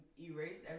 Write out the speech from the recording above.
erased